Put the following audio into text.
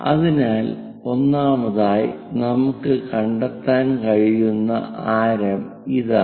അതിനാൽ ഒന്നാമതായി നമുക്ക് കണ്ടെത്താൻ കഴിയുന്ന ആരം ഇതാണ്